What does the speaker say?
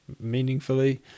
meaningfully